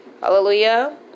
Hallelujah